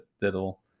that'll